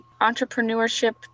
entrepreneurship